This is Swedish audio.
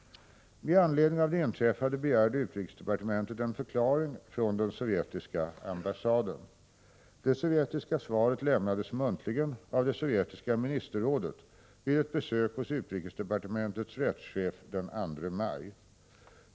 I anledning av det inträffade begärde utrikesdepartementet en förklaring från den sovjetiska ambassaden. Det sovjetiska svaret lämnades muntligen av det sovjetiska ministerrådet vid ett besök hos utrikesdepartementets rättschef den 2 maj.